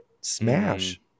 smash